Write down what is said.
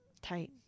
Tight